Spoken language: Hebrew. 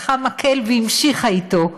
לקחה מקל והמשיכה אתו,